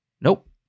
Nope